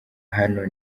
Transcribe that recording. hano